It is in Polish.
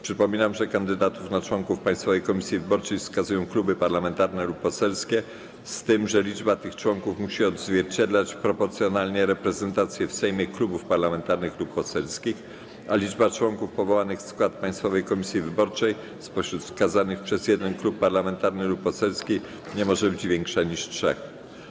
Przypominam, że kandydatów na członków Państwowej Komisji Wyborczej wskazują kluby parlamentarne lub poselskie, z tym że liczba tych członków musi odzwierciedlać proporcjonalnie reprezentację w Sejmie klubów parlamentarnych lub poselskich, a liczba członków powołanych w skład Państwowej Komisji Wyborczej spośród wskazanych przez jeden klub parlamentarny lub poselski nie może być większa niż trzech.